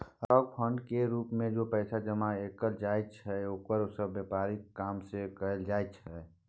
stock fund केर रूप मे जे पैसा जमा कएल जाइ छै ओकरा सँ व्यापारक काम सेहो कएल जाइ छै